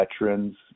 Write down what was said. veterans